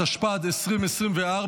התשפ"ד 2024,